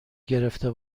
گرفته